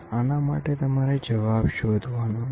આના માટે તમારે જવાબ શોધવાનો છે